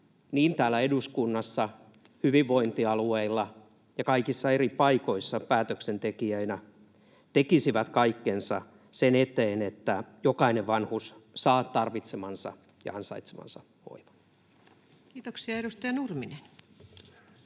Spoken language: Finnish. kaikki täällä eduskunnassa, hyvinvointialueilla ja kaikissa eri paikoissa päätöksentekijöinä tekisivät kaikkensa sen eteen, että jokainen vanhus saa tarvitsemansa ja ansaitsemansa hoivan. [Speech 43] Speaker: